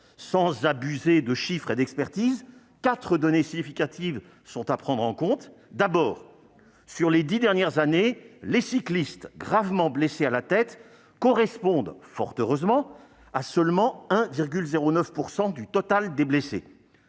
Sans abuser des chiffres et des expertises, quatre données significatives sont à prendre en compte. Premièrement, sur les dix dernières années, les cyclistes gravement blessés à la tête correspondent, fort heureusement, à seulement 1,09 % du total des blessés.